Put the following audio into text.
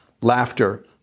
laughter